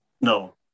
No